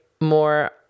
more